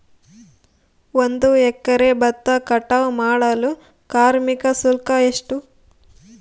ಒಂದು ಎಕರೆ ಭತ್ತ ಕಟಾವ್ ಮಾಡಲು ಕಾರ್ಮಿಕ ಶುಲ್ಕ ಎಷ್ಟು?